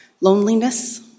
loneliness